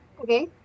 Okay